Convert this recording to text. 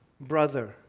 brother